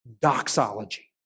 doxology